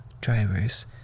drivers